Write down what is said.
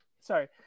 sorry